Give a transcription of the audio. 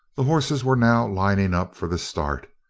the hosses were now lining up for the start,